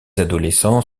adolescents